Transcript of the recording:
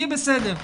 יהיה בסדר.